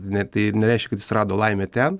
ne tai nereiškia kad jis rado laimę ten